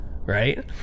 right